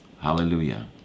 hallelujah